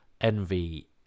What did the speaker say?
envy